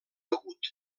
begut